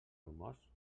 bromós